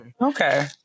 Okay